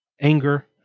anger